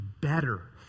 better